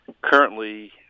currently